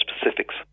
specifics